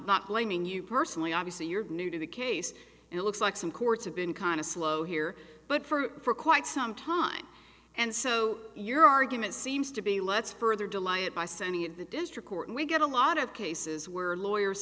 not blaming you personally obviously you're new to the case and it looks like some courts have been kind of slow here but for quite some time and so your argument seems to be let's further delay it by sending it to the district court and we get a lot of cases where lawyers